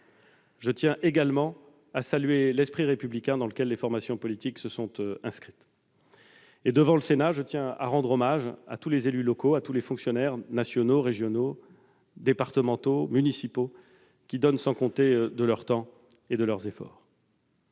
Je salue également l'esprit républicain dans lequel les formations politiques se sont inscrites. Devant le Sénat, je tiens à rendre hommage à tous les élus locaux, à tous les fonctionnaires nationaux, régionaux, départementaux, municipaux, qui donnent sans compter leur temps et leurs efforts.